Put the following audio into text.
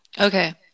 Okay